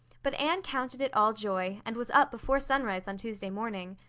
but anne counted it all joy, and was up before sunrise on tuesday morning.